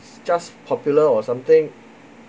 just popular or something